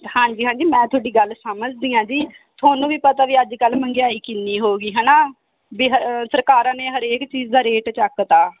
ਹਾਂਜੀ ਹਾਂਜੀ ਮੈਂ ਤੁਹਾਡੀ ਗੱਲ ਸਮਝਦੀ ਹਾਂ ਜੀ ਤੁਹਾਨੂੰ ਵੀ ਪਤਾ ਵੀ ਅੱਜ ਕੱਲ੍ਹ ਮਹਿੰਗਾਈ ਕਿੰਨੀ ਹੋ ਗਈ ਹੈ ਨਾ ਵੀ ਹ ਸਰਕਾਰਾਂ ਨੇ ਹਰੇਕ ਚੀਜ਼ ਦਾ ਰੇਟ ਚੱਕਤਾ